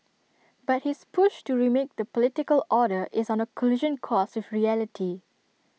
but his push to remake the political order is on A collision course with reality